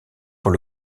pour